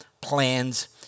plans